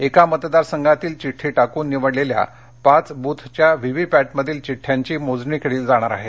एका मतदार संघातील चिड्डी टाकून निवडलेल्या पाच बूथच्या व्हीव्हीपॅटमधील चिठ्यांची मोजणी केली जाणार आहे